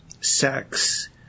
sex